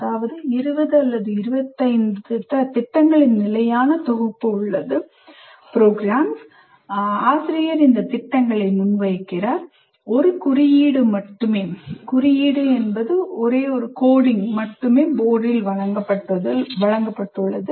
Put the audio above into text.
அதாவது 20 அல்லது 25 திட்டங்களின் நிலையான தொகுப்பு உள்ளது ஆசிரியர் இந்த திட்டங்களை முன்வைக்கிறார் ஒரு குறியீடு மட்டுமே போர்டில் வழங்கப்பட்டுள்ளது